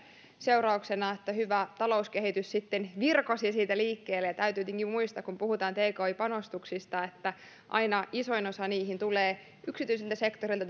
seurauksena että hyvä talouskehitys sitten virkosi siitä liikkeelle täytyy tietenkin muistaa kun puhutaan tki panostuksista että aina isoin osa niihin tulee yksityiseltä sektorilta